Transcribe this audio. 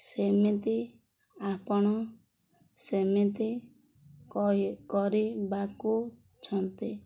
ସେମିତି ଆପଣ ସେମିତି କରିବାକୁଛନ୍ତି